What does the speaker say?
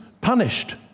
punished